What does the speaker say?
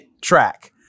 track